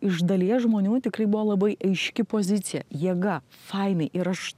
iš dalies žmonių tikrai buvo labai aiški pozicija jėga fainai ir aš